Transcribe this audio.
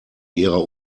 ihrer